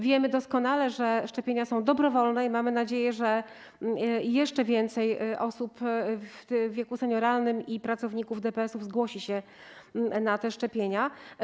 Wiemy doskonale, że szczepienia są dobrowolne, i mamy nadzieję, że jeszcze więcej osób w wieku senioralnym i pracowników DPS-ów zgłosi się na te szczepienia.